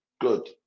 Good